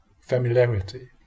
familiarity